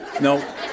No